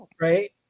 Right